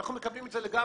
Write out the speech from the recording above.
אנחנו מקבלים את זה לגמרי,